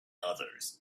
others